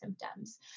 symptoms